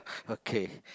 okay